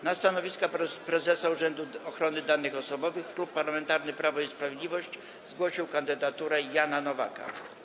Na stanowisko prezesa Urzędu Ochrony Danych Osobowych Klub Parlamentarny Prawo i Sprawiedliwość zgłosił kandydaturę Jana Nowaka.